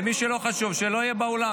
למי שזה לא חשוב, שלא יהיה באולם.